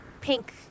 pink